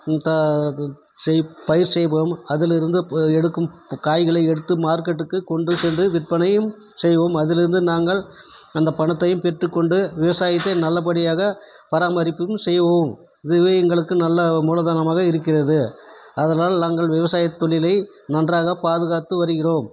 த இது செய் பயிர் செய்வோம் அதிலிருந்து எடுக்கும் காய்களை எடுத்து மார்க்கெட்டுக்கு கொண்டு சென்று விற்பனையும் செய்வோம் அதிலிருந்து நாங்கள் அந்த பணத்தையும் பெற்றுக் கொண்டு விவசாயத்தை நல்லபடியாக பராமரிப்பும் செய்வோம் இதுவே எங்களுக்கு நல்ல மூலதனமாக இருக்கிறது ஆதலால் நாங்கள் விவசாயத் தொழிலை நன்றாக பாதுகாத்து வருகிறோம்